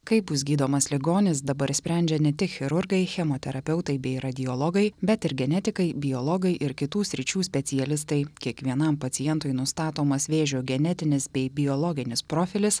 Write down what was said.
kaip bus gydomas ligonis dabar sprendžia ne tik chirurgai chemoterapeutai bei radiologai bet ir genetikai biologai ir kitų sričių specialistai kiekvienam pacientui nustatomas vėžio genetinis bei biologinis profilis